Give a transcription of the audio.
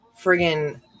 friggin